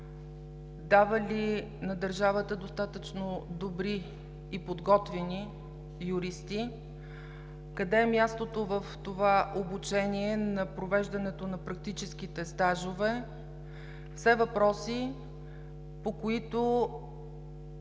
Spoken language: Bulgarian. дава ли на държавата достатъчно добри и подготвени юристи, къде е мястото в това обучение на провеждането на практическите стажове? Все въпроси, по които